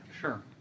Sure